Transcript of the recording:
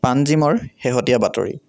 পানজিমৰ শেহতীয়া বাতৰি